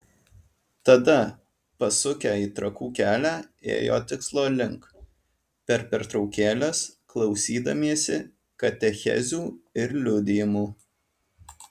tada pasukę į trakų kelią ėjo tikslo link per pertraukėles klausydamiesi katechezių ir liudijimų